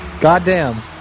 goddamn